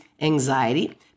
anxiety